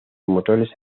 motores